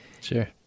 Sure